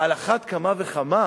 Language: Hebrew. על אחת כמה וכמה